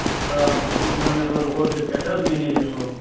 آ بہٕ چھُس گانٛدربَل ہوٹلہٕ پیٚٹھ حظ مینیجر صٲب